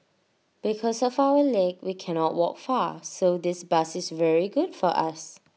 because of our leg we cannot walk far so this bus is very good for us